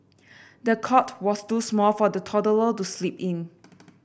the cot was too small for the toddler to sleep in